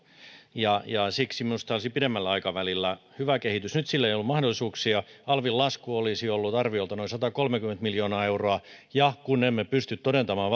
siksi minusta se olisi pidemmällä aikavälillä hyvä kehitys nyt sille ei ollut mahdollisuuksia alvin lasku olisi ollut arviolta noin satakolmekymmentä miljoonaa euroa ja kun emme pysty todentamaan